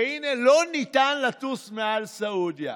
והינה, לא ניתן לטוס מעל סעודיה.